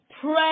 pray